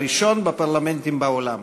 הראשון בפרלמנטים בעולם.